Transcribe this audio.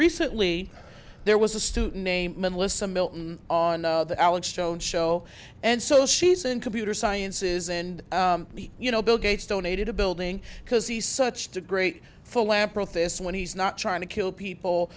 recently there was a student named melissa milton on the alex jones show and so she's in computer sciences and you know bill gates donated a building because he's such a great philanthropist when he's not trying to kill people